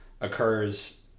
occurs